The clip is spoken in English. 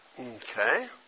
Okay